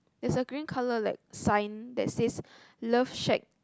there's a green colour like sign that says love shack